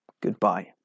goodbye